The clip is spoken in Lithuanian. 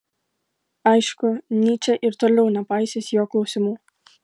aišku nyčė ir toliau nepaisys jo klausimų